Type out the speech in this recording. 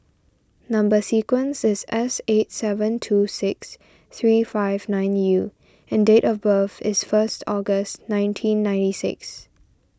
Number Sequence is S eight seven two six three five nine U and date of birth is first August nineteen ninety six